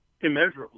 Immeasurably